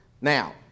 Now